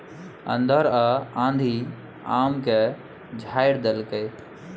अन्हर आ आंधी आम के झाईर देलकैय?